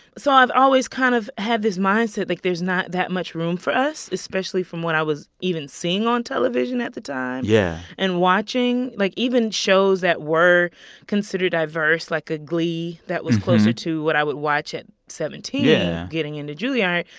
so i've always kind of have this mindset like there's not that much room for us, especially from what i was even seeing on television at the time. yeah. and watching. like, even shows that were considered diverse, like a glee, that was closer to what i would watch at seventeen, yeah getting into juilliard,